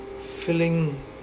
filling